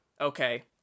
okay